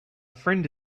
friend